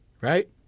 right